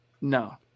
no